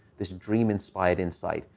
this dream-inspired insight,